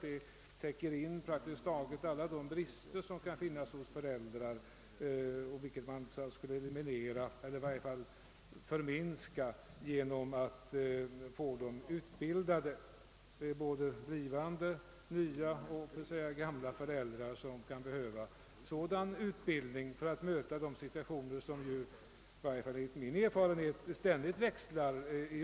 Den täcker in praktiskt taget alla de brister som kan finnas hos föräldrar, vilka man skulle eliminera eller i varje fall förminska genom att få föräldrarna utbildade — både blivande, nya och så att säga gamla föräldrar, som kan behöva sådan utbildning för att möta de situationer, som i varje fall enligt min erfarenhet ständigt växlar.